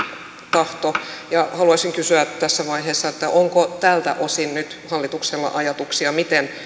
tahto ja haluaisin kysyä tässä vaiheessa onko tältä osin nyt hallituksella ajatuksia miten